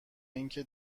اینکه